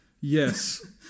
yes